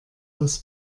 das